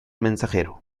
mensajero